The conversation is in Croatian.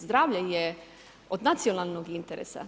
Zdravlje je od nacionalnog interesa.